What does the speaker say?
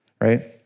Right